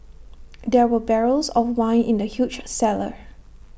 there were barrels of wine in the huge cellar